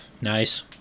Nice